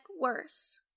worse